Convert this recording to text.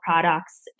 products